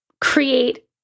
create